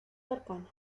cercanas